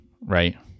right